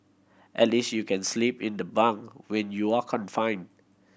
at least you can sleep in the bunk when you're confined